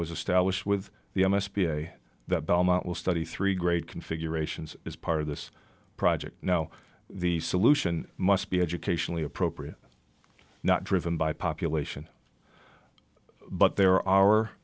was established with the s b a the belmont will study three great configurations as part of this project now the solution must be educationally appropriate not driven by population but there are